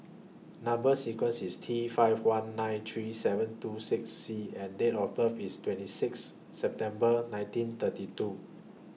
Number sequence IS T five one nine three seven two six C and Date of birth IS twenty six September nineteen thirty two